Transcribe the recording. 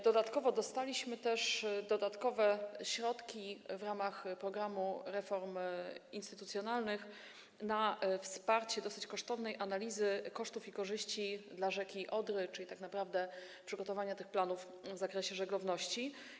Dostaliśmy też dodatkowe środki w ramach programu reform instytucjonalnych na wsparcie dosyć kosztownej analizy kosztów i korzyści dla rzeki Odry, czyli tak naprawdę - przygotowanie tych planów w zakresie żeglowności.